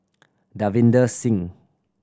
Davinder Singh